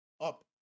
up